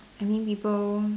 I mean people